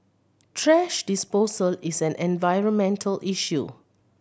thrash disposal is an environmental issue